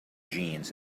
jeans